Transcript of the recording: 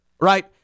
right